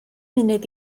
munud